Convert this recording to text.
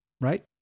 right